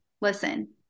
listen